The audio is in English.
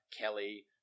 Kelly –